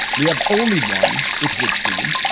we have only one. it would seem.